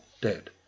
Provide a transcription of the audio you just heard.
dead